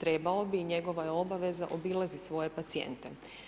trebao bi i njegova je obaveza obilazit svoje pacijente.